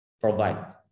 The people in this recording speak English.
provide